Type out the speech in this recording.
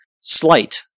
slight